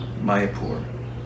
Mayapur